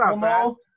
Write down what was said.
no